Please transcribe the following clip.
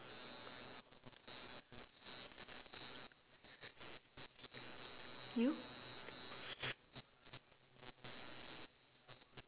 you